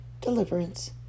deliverance